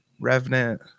Revenant